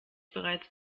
bereits